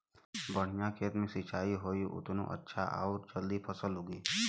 बढ़िया खेत मे सिंचाई होई उतने अच्छा आउर जल्दी फसल उगी